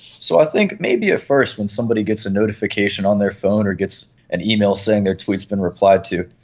so i think maybe at first when someone gets a notification on their phone or gets an email saying their tweet has been replied to,